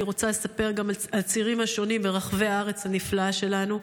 אני רוצה לספר גם על הצירים השונים ברחבי הארץ הנפלאה שלנו.